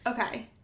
Okay